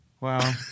wow